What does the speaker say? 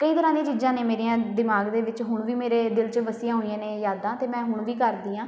ਕਈ ਤਰ੍ਹਾਂ ਦੀਆਂ ਚੀਜ਼ਾਂ ਨੇ ਮੇਰੀਆਂ ਦਿਮਾਗ ਦੇ ਵਿੱਚ ਹੁਣ ਵੀ ਮੇਰੇ ਦਿਲ 'ਚ ਵਸੀਆਂ ਹੋਈਆਂ ਨੇ ਯਾਦਾਂ ਅਤੇ ਮੈਂ ਹੁਣ ਵੀ ਕਰਦੀ ਹਾਂ